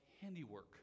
handiwork